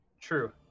True